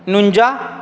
नुंज्जा